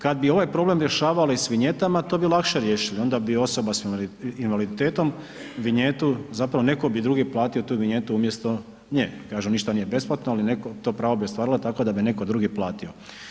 Kad bi ovaj problem rješavali s vinjetama to bi lakše riješili, onda bi osoba s invaliditetom vinjetu, zapravo neko bi drugi platio tu vinjetu umjesto nje, kažu ništa nije besplatno, ali neko, to pravo bi ostvarila tako da bi neko drugi platio.